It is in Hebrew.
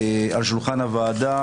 סעיף 2 של סיעות העבודה,